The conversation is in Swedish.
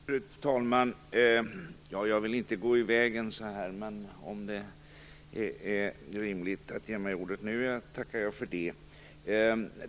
Fru talman! Jag vill inte på något sätt gå i vägen, men om det bedöms rimligt att ge mig ordet tackar jag för det.